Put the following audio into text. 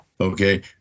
okay